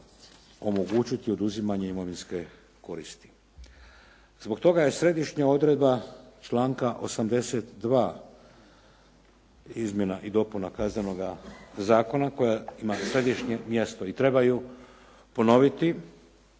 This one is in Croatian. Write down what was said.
omogućiti oduzimanje imovinske koristi. Zbog toga je središnja odredba članka 82. Izmjena i dopuna Kaznenoga zakona koja ima središnje mjesto i treba ju ponoviti,